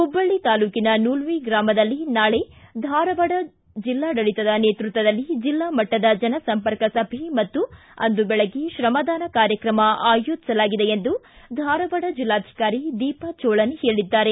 ಹುಬ್ಬಳ್ಳಿ ತಾಲೂಕಿನ ನೂಲ್ವಿ ಗ್ರಾಮದಲ್ಲಿ ನಾಳೆ ಧಾರವಾಡ ಜಿಲ್ಲಾಡಳಿತದ ನೇತೃತ್ವದಲ್ಲಿ ಜಿಲ್ಲಾ ಮಟ್ಟದ ಜನಸಂಪರ್ಕ ಸಭೆ ಮತ್ತು ಅಂದು ಬೆಳಿಗ್ಗೆ ತ್ರಮದಾನ ಕಾರ್ಯಕ್ರಮ ಆಯೋಜಿಸಲಾಗಿದೆ ಎಂದು ಧಾರವಾಡ ಜಿಲ್ಲಾಧಿಕಾರಿ ದೀಪಾ ಚೋಳನ್ ಹೇಳಿದ್ದಾರೆ